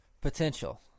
potential